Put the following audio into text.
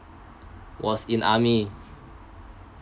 was in army